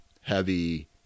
heavy